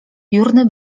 jurny